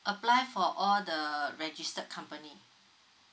apply for all the registered company